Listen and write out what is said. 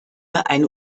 eine